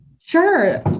sure